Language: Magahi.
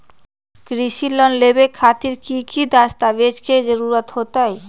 कृषि लोन लेबे खातिर की की दस्तावेज के जरूरत होतई?